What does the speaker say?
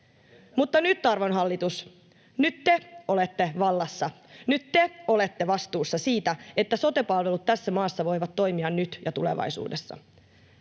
Mutta nyt, arvon hallitus, nyt te olette vallassa, nyt te olette vastuussa siitä, että sote-palvelut tässä maassa voivat toimia nyt ja tulevaisuudessa.